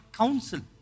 counsel